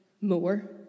more